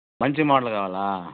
మంచి మోడల్ కావాలా